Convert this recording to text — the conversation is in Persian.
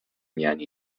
یعنی